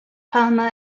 palmer